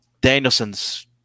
Danielson's